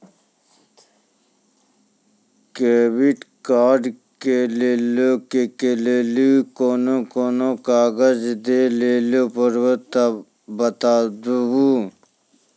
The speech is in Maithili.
क्रेडिट कार्ड लै के लेली कोने कोने कागज दे लेली पड़त बताबू?